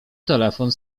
telefon